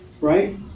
Right